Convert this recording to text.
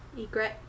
Egret